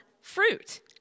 fruit